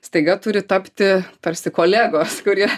staiga turi tapti tarsi kolegos kurie